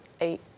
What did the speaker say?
Eight